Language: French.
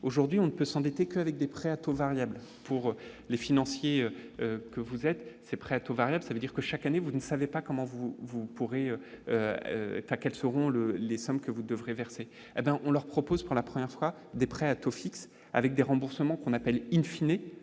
aujourd'hui, on ne peut s'endetter que avec des prêts à taux variable pour les financiers que vous êtes ces prêts à taux variables, ça veut dire que chaque année, vous ne savez pas comment vous, vous pourrez pas quels seront le les sommes que vous devrez verser, hé bien on leur propose pour la première fois des prêts à taux fixe, avec des remboursements qu'on appelle in fine